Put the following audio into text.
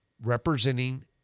representing